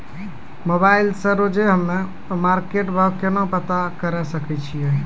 Mobile से रोजे हम्मे मार्केट भाव केना पता करे सकय छियै?